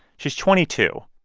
she's twenty two.